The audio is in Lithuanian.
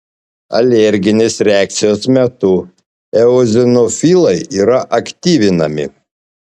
alerginės reakcijos metu eozinofilai yra aktyvinami